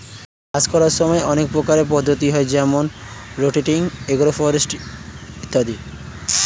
চাষ করার সময় অনেক প্রকারের পদ্ধতি হয় যেমন রোটেটিং, এগ্রো ফরেস্ট্রি ইত্যাদি